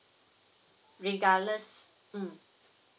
regardless mm